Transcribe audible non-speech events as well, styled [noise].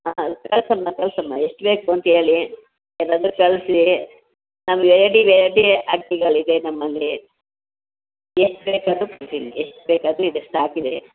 [unintelligible] ಕಳಿಸಮ್ಮ ಕಳಿಸಮ್ಮ ಎಷ್ಟು ಬೇಕು ಅಂತ ಹೇಳಿ ಇಲ್ಲಾಂದ್ರೆ ಕಳಿಸಿ [unintelligible] ವೆರೈಟಿ ವೆರೈಟಿ ಅಕ್ಕಿಗಳು ಇದೆ ನಮ್ಮಲ್ಲಿ ಎಷ್ಟು ಬೇಕಾದರೂ [unintelligible] ಎಷ್ಟು ಬೇಕಾದರೂ ಇದೆ ಸ್ಟಾಕ್ ಇದೆ